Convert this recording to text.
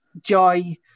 joy